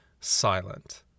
silent